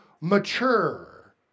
mature